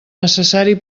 necessari